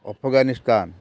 Afghanistan